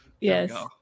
Yes